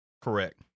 Correct